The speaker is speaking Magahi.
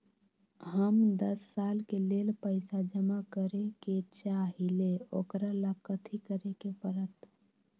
हम दस साल के लेल पैसा जमा करे के चाहईले, ओकरा ला कथि करे के परत?